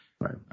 Right